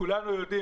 כולנו יודעים,